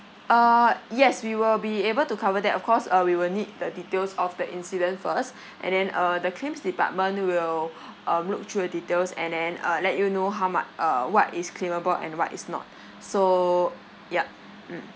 uh yes we will be able to cover that of course uh we will need the details of the incident first and then uh the claims department will um look through your details and then uh let you know how mu~ uh what is claimable and what is not so yup mm